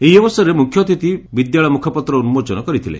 ଏହି ଅବସରରେ ମୁଖ୍ୟ ଅତିଥି ବିଦ୍ୟାଳୟ ମୁଖପତ୍ର ଉନ୍କୋଚନ କରିଥିଲେ